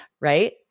right